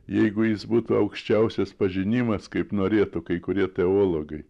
jeigu jis būtų aukščiausias pažinimas kaip norėtų kai kurie teologai